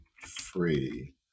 free